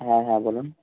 হ্যাঁ হ্যাঁ বলুন